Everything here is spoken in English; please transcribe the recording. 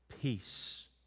peace